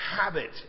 habit